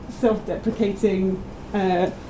self-deprecating